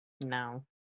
No